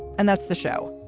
and that's the show.